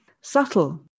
subtle